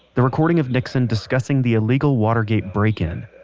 the recording of nixon discussing the illegal watergate break-in.